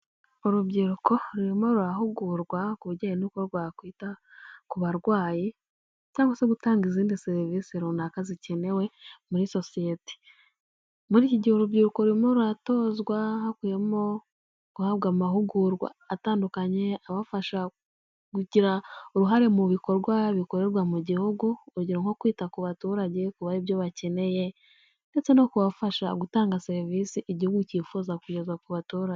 Urubyiruko rurimo rurahugurwa ku bijyanye n'uko rwakwita ku barwayi, cyangwa se gutanga izindi serivisi runaka zikenewe muri sosiyeti. Muri iki gihe urubyiruko rurimo ruratozwa hakubimo guhabwa amahugurwa atandukanye abafasha kugira uruhare mu bikorwa bikorerwa mu gihugu, urugero nko kwita ku baturage kuba ibyo bakeneye ndetse no kubafasha gutanga serivisi igihugu cyifuza kugezwa ku baturage.